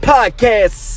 Podcast